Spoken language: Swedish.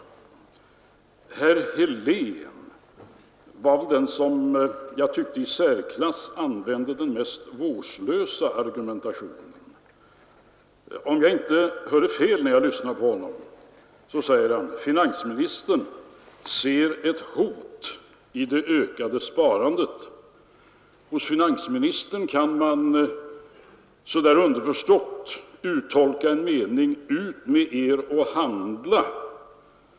Herr Helén var väl den som jag tyckte använde den i särklass mest vårdslösa argumentationen. Om jag inte hörde fel, när jag lyssnade på honom, sade han: Finansministern ser ett hot i det ökade sparandet. Hos finansministern kan man så där underförstått uttolka en mening — ut med er och handla!